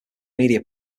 media